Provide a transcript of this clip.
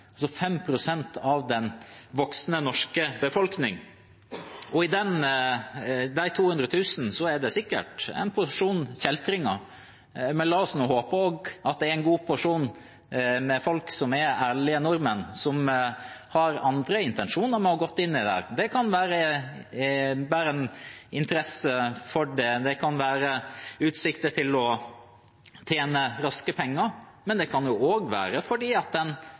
av den voksne norske befolkningen. Av de 200 000 er det sikkert en porsjon kjeltringer, men la oss nå håpe at det også er en god porsjon med folk som er ærlige nordmenn som har andre intensjoner med å ha gått inn i dette. Det kan være bare en interesse for det, det kan være utsikter til å tjene raske penger, men det kan også være fordi en ser at